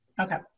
Okay